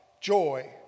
joy